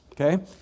Okay